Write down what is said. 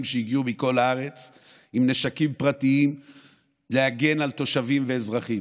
שהגיעו מכל הארץ עם נשקים פרטיים להגן על תושבים ואזרחים,